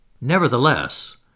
Nevertheless